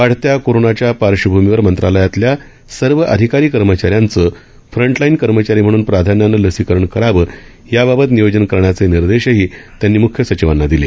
वाढत्या कोरोनाच्या पार्श्वभूमीवर मंत्रालयातल्या सर्व अधिकारी कर्मचाऱ्यांचं फ्रंटलाईन कर्मचारी म्हणून प्राधान्यानं लसीकरण करावं याबाबत नियोजन करण्याचे निर्देशही त्यांनी मुख्य सचिवांना दिले